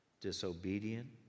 disobedient